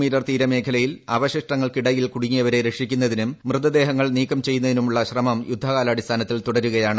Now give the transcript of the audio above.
me തീരമേഖലയിൽ അവശിഷ്ടങ്ങൾക്കിടയിൽ കുടുങ്ങിയവരെ രക്ഷിക്കുന്നതിനും മൃതദേഹങ്ങൾ നീക്കം ചെയ്യുന്നതിനുമുള്ള ശ്രമം യുദ്ധകാലാടിസ്ഥാനത്തിൽ തുടരുകയാണ്